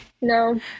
no